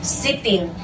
sitting